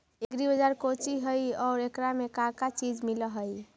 Agri Bazaar कोची हई और एकरा में का का चीज मिलै हई?